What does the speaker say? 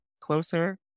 closer